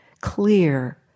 clear